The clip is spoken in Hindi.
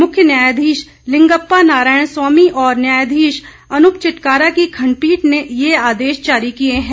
मुख्य न्यायाधीश लिंगप्पा नारायण स्वामी और न्यायाधीश अनूप चिटकारा की खंडपीठ ने ये आदेश जारी किए हैं